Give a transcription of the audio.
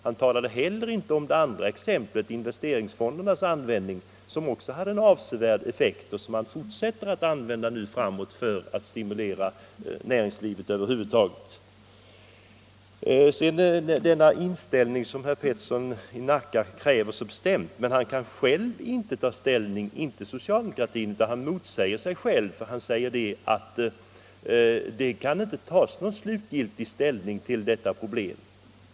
Han talade heller inte om det andra exemplet, investeringsfondernas användning, som också hade avsevärd effekt: man fortsätter nu att ta fonderna i anspråk för att stimulera näringslivet i stort. Herr Peterson i Nacka kräver så bestämt ett ställningstagande, men han kan inte ta ställning själv, vilket är en motsägelse. Han menar att det inte kan tas någon slutgiltig ställning till detta problem.